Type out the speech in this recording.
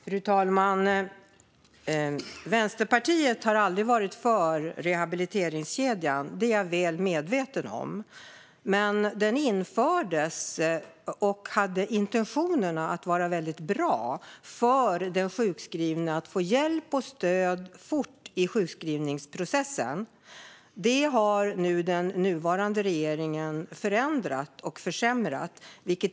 Fru talman! Vänsterpartiet har aldrig varit för rehabiliteringskedjan. Det är jag väl medveten om. Men den infördes med intentionen att vara väldigt bra när det gällde att ge den sjukskrivna hjälp och stöd fort i sjukskrivningsprocessen. Detta har nu den nuvarande regeringen förändrat och försämrat.